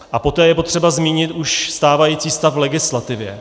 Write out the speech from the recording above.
A poté je potřeba zmínit už stávající stav v legislativě.